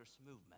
movement